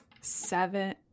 seven